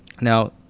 Now